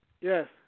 yes